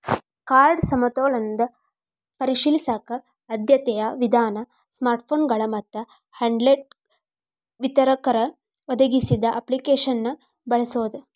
card ಸಮತೋಲನ ಪರಿಶೇಲಿಸಕ ಆದ್ಯತೆಯ ವಿಧಾನ ಸ್ಮಾರ್ಟ್ಫೋನ್ಗಳ ಮತ್ತ ಹ್ಯಾಂಡ್ಹೆಲ್ಡ್ ವಿತರಕರ ಒದಗಿಸಿದ ಅಪ್ಲಿಕೇಶನ್ನ ಬಳಸೋದ